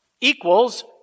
equals